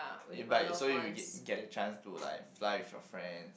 eh but so you get get a chance to like fly with your friends